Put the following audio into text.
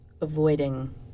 avoiding